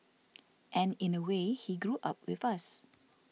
and in a way he grew up with us